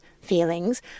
feelings